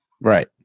Right